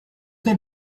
they